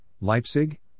Leipzig